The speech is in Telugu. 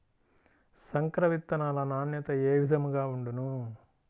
సంకర విత్తనాల నాణ్యత ఏ విధముగా ఉండును?